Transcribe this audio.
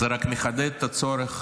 זה רק מחדד את הצורך